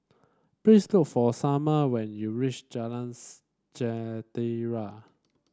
please look for Sommer when you reach Jalan Jentera